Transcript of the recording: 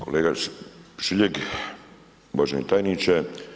Kolega Šiljeg, uvaženi tajniče.